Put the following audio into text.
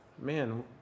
man